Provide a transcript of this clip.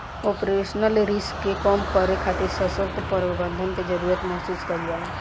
operational risk के कम करे खातिर ससक्त प्रबंधन के जरुरत महसूस कईल जाला